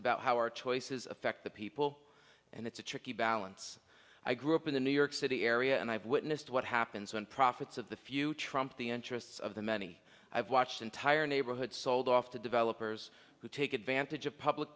about how our choices affect the people and it's a tricky balance i grew up in the new york city area and i've witnessed what happens when profits of the few trump the interests of the many i've watched entire neighborhoods sold off to developers who take advantage of public